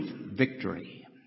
victory